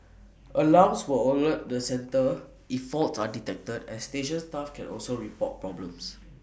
alarms will alert the centre if faults are detected and station staff can also report problems